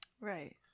Right